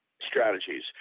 strategies